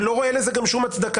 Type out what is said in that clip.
אני גם לא רואה לזה שום הצדקה